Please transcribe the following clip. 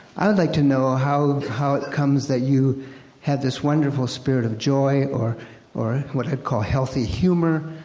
i would like to know how how it comes that you have this wonderful spirit of joy, or or what i'd call healthy humor.